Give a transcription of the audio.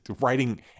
writing